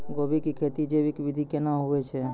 गोभी की खेती जैविक विधि केना हुए छ?